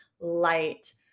light